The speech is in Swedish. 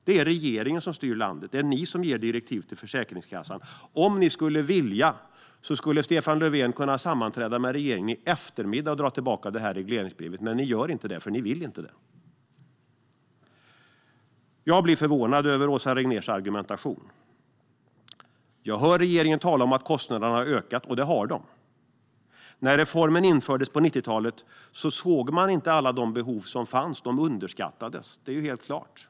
Det är regeringen som styr landet och ger direktiv till Försäkringskassan. Om viljan fanns skulle Stefan Löfven kunna sammanträda med regeringen i eftermiddag och dra tillbaka regleringsbrevet, men det gör han inte för det vill inte regeringen. Jag blir förvånad när jag hör Åsa Regnérs argumentation. Jag hör regeringen tala om att kostnaderna har ökat, och det har de. När reformen infördes på 1990-talet såg man inte alla behov som fanns, utan de underskattades helt klart.